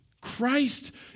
Christ